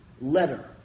letter